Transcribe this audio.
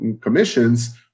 commissions